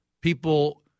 people